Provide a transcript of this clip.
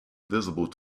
visible